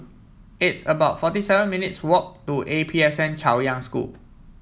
it's about forty seven minutes' walk to A P S N Chaoyang School